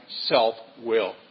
self-will